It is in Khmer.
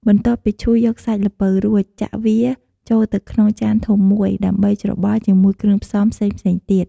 បន្ទាប់ពីឈូសយកសាច់ល្ពៅរួច ចាក់វាចូលទៅក្នុងចានធំមួយ ដើម្បីច្របល់ជាមួយគ្រឿងផ្សំផ្សេងៗទៀត។